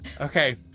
Okay